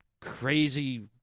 crazy